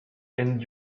and